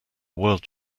world